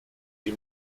die